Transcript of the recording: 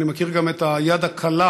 ואני גם מכיר את היד הקלה,